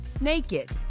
Naked